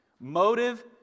motive